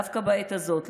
דווקא בעת הזאת,